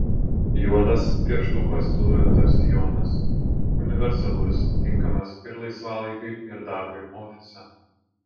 juodas pieštuko silueto sijonas universalus tinkamas ir laisvalaikiui ir darbui ofise